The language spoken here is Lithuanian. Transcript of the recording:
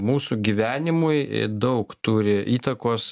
mūsų gyvenimui daug turi įtakos